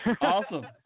Awesome